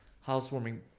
housewarming